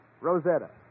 Rosetta